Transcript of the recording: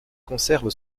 conserve